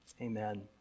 Amen